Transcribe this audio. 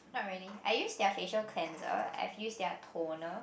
not really I have used their facial cleanser I have used their toner